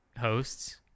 hosts